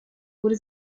wurde